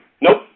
nope